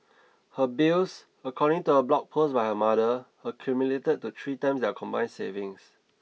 her bills according to a blog post by her mother accumulated to three times their combined savings